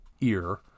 ear